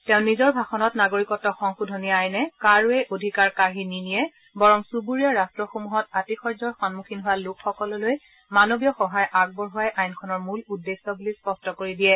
তেওঁ নিজৰ ভাষণত নাগৰিকত্ব সংশোধনী আইনে কাৰোৱে অধিকাৰ কাঢ়ি নিনিয়ে বৰং চুবুৰীয়া ৰাট্টসমূহত আতিশয্যৰ সন্মুখীন হোৱা লোকসকললৈ মানৱীয় সহায় আগবঢ়োৱাই আইনখনৰ মূল উদ্দেশ্য বুলি স্পষ্ট কৰি দিয়ে